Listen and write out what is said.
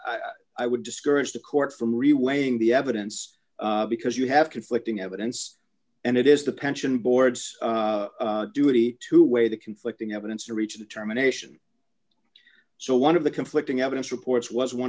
would discourage the court from re weighing the evidence because you have conflicting evidence and it is the pension board's duty to weigh the conflicting evidence to reach the terminations so one of the conflicting evidence reports was one